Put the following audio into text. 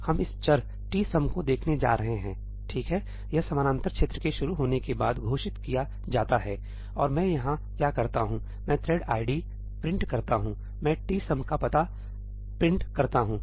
तो हम इस चर tsum को देखने जा रहे हैं ठीक है यह समानांतर क्षेत्र के शुरू होने के बाद घोषित किया जाता है और मैं यहां क्या करता हूं मैं थ्रेड आईडीthread id प्रिंट करता हूं मैं tsum का पता प्रिंट करता हूं